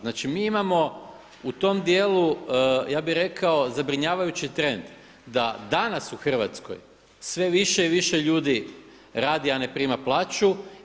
Znači mi imamo u tom dijelu ja bih rekao zabrinjavajući trend, da danas u Hrvatskoj sve više i više ljudi radi a ne prima plaću.